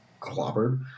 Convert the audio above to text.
clobbered